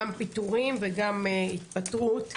גם פיטורים וגם התפטרות.